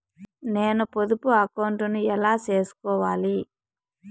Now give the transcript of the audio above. నేను పొదుపు అకౌంటు ను ఎలా సేసుకోవాలి?